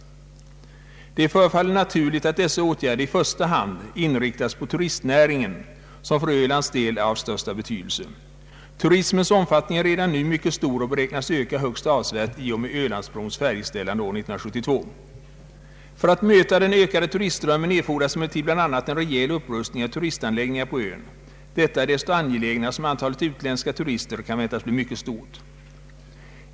Det förefaller naturligt att dessa åtgärder i första hand inriktas på tu Nr 27 143 Ang. regionalpolitiken ristnäringen som för Ölands del är av den största betydelse. Turismens omfattning är redan nu mycket stor och beräknas öka högst avsevärt i och med Ölandsbrons färdigställande år 1972. För att möta den ökade turistströmmen erfordras emellertid bl.a. en rejäl upprustning av turistanläggningar på ön. Detta är desto mera angeläget som antalet utländska turister kan väntas bli mycket stort.